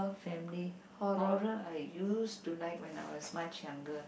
family horror I used to like when I was much younger